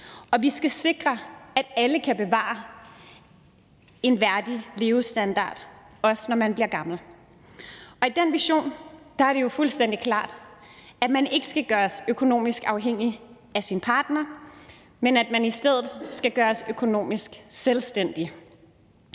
Og vi skal sikre, at alle kan bevare en værdig levestandard, også når man bliver gammel. I den vision er det jo fuldstændig klart, at man ikke skal gøres økonomisk afhængig af sin partner, men at man i stedet skal gøres økonomisk selvstændig.